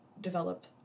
develop